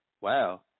wow